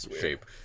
Shape